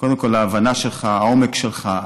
ההבנה שלך, העומק שלך,